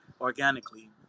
organically